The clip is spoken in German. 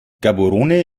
gaborone